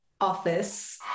office